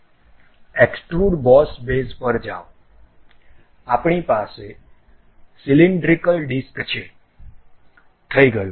extrude boss base પર જાઓ અમારી પાસે સિલિન્ડ્રિકલ ડિસ્ક છે થઈ ગયું